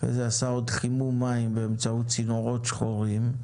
אחרי זה עשה עוד חימום מים באמצעות צינורות שחורים,